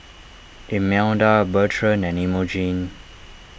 Imelda Bertrand and Imogene